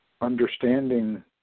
understanding